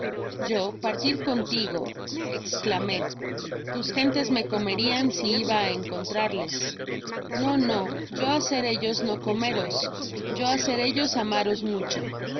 yo partir contigo escjamé tus gentes me comerian si iba á encontrarles no no yo hacer ellos no comeros yo hacer ellos amares mucho